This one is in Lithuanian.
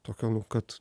tokio nu kad